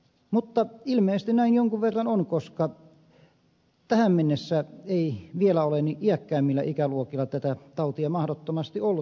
mutta ilmeisesti näin jonkun verran on koska tähän mennessä ei vielä ole iäkkäämmillä ikäluokilla tätä tautia mahdottomasti ollut